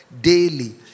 daily